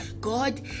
god